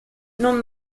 non